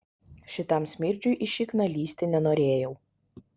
šitam smirdžiui į šikną lįsti nenorėjau